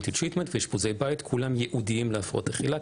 treatment ואשפוזי בית כולם ייעודיים להפרעות אכילה.